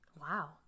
Wow